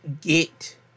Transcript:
get